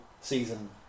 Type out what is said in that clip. season